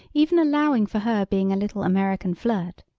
even allowing for her being a little american flirt,